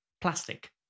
plastic